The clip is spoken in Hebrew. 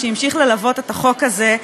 שהמשיך ללוות את החוק הזה,